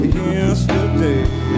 yesterday